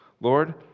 Lord